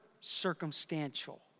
circumstantial